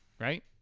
right